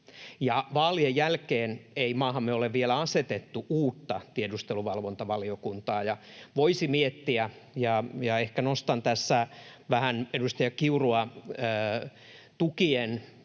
Vaalien jälkeen ei maahamme ole vielä asetettu uutta tiedusteluvalvontavaliokuntaa, ja voisi miettiä — ja ehkä nostan tässä vähän edustaja Kiurua tukien